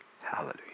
Hallelujah